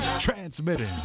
Transmitting